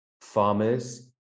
farmers